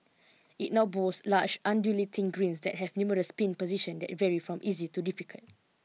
it now boasts large undulating greens that have numerous pin position that vary from easy to difficult